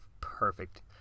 perfect